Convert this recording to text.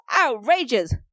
outrageous